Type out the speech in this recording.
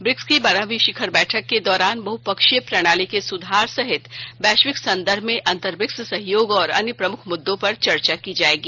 BRICS की बारहवीं शिखर बैठक के दौरान बहपक्षीय प्रणाली के सुधार सहित वैश्विक संदर्भ में अंतर ब्रिक्स सहयोग और अन्य प्रमुख मुद्दों पर चर्चा की जायेगी